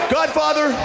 Godfather